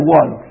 one